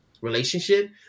relationship